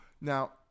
now